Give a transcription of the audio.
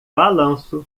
balanço